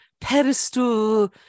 pedestal